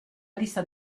lista